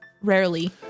rarely